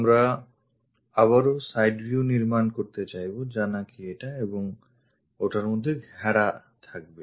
আমরা আবারও side view নির্মাণ করতে চাইবো যা নাকি এটা এবং ওটার মধ্যে ঘেরা থাকবে